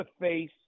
face